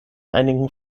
einigen